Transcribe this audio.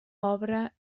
obra